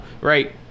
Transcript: Right